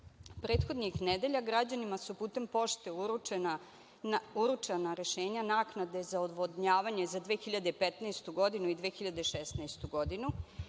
Prethodnih nedelja građanima su putem pošte uručena rešenja naknade za odvodnjavanje za 2015. i 2016. godinu.